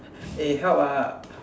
eh help lah